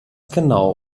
genau